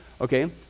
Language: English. Okay